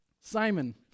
Simon